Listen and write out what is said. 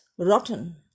Rotten